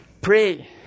Pray